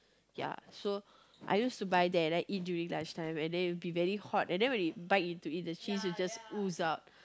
ya so I used to buy there and then I eat during lunch time and then it will be very hot and I bite into that and the cheese it just ooze out